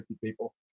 people